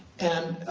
and